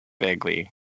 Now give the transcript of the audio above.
vaguely